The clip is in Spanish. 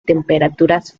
temperaturas